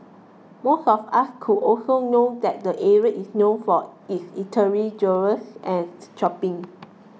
most of us would also know that the area is known for its eatery jewellers and shopping